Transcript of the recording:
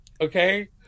okay